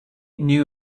knew